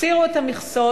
הסירו את המכסות,